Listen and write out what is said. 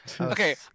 Okay